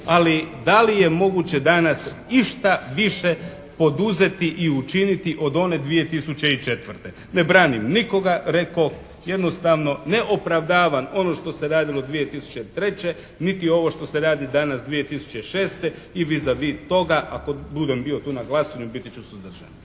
ali da li je moguće danas išta više poduzeti i učiniti od one 2004. Ne branim nikoga rekoh, jednostavno ne opravdavam ono što se radilo 2003. niti ovo što se radi danas 2006. i «vis avis» toga ako budem bio tu na glasanju biti ću suzdržan.